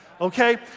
Okay